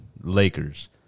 Lakers